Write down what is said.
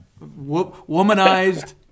womanized